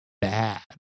bad